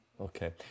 Okay